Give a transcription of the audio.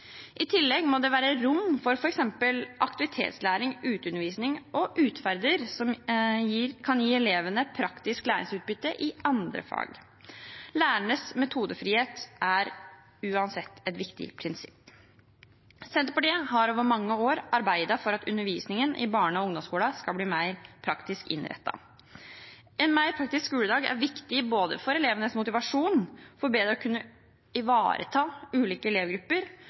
I tillegg må det være rom for f.eks. aktivitetslæring, uteundervisning og utferder som kan gi elevene praktisk læringsutbytte i andre fag. Lærernes metodefrihet er uansett et viktig prinsipp. Senterpartiet har over mange år arbeidet for at undervisningen i barne- og ungdomsskolen skal bli mer praktisk innrettet. En mer praktisk skoledag er viktig, både for elevenes motivasjon, for bedre å kunne ivareta ulike elevgrupper